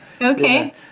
Okay